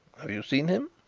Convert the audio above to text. have you seen him?